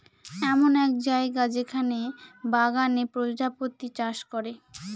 এমন এক জায়গা যেখানে বাগানে প্রজাপতি চাষ করে